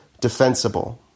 defensible